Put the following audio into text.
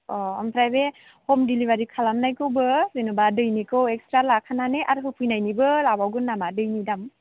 अ ओमफ्राय बे हम डिलिभारि खालामनायखौबो जेन'बा दैनिखौ एक्सट्रा लाखानानै आरो होफैनायनिबो लाबावगोन नामा दैनि दाम